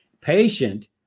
patient